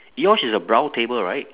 yours is a brown table right